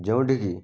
ଯେଉଁଠିକି